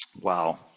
wow